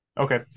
Okay